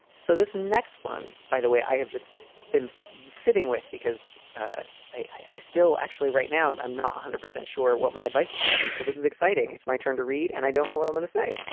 so this next one, by the way, i have just been sitting with because ah i still actually right now, i'm not one hundred percent sure what my advice is going to be. so this is exciting. it's my turn to read. and i don't know what i want to say.